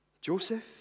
Joseph